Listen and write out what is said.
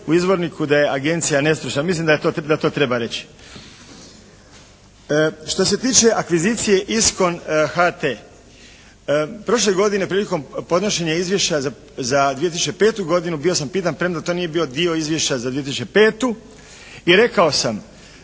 u izvorniku da je agencija nestručna. Mislim da to treba reći. Što se tiče akvizicije Iskon HT. Prošle godine prilikom podnošenja Izvješća za 2005. godinu bio sam pitan, premda to nije bio dio Izvješća za 2005. i rekao sam,